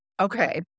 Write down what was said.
Okay